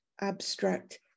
abstract